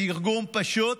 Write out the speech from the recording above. בתרגום פשוט,